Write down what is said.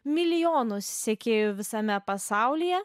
milijonus sekėjų visame pasaulyje